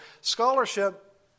scholarship